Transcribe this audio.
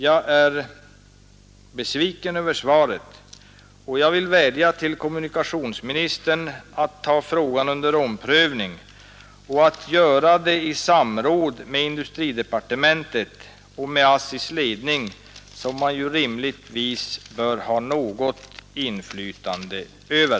Jag är besviken över svaret och vill vädja till kommunikationsministern att ta frågan under omprövning och göra det i samråd med industridepartementet och med ASSI:s ledning, som man ju rimligtvis bör ha något inflytande över.